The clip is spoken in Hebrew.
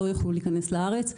הם לא יוכלו להיכנס לארץ.